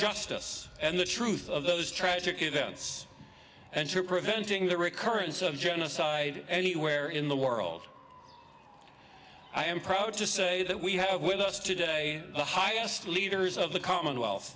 justice and the truth of those tragic events and to preventing the recurrence of genocide anywhere in the world i am proud to say that we have with us today the highest leaders of the commonwealth